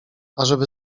ażeby